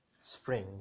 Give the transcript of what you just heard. spring